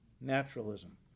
naturalism